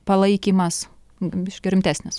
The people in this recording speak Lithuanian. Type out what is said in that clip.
palaikymas biškį rimtesnis